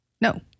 No